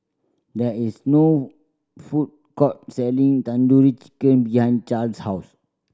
there is no food court selling Tandoori Chicken behind Charls' house